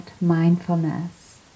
mindfulness